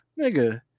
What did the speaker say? nigga